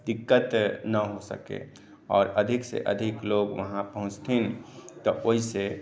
दिक्कत न हो सकै आओर अधिकसँ अधिक लोक वहाँ पहुँचथिन तऽ ओहिसँ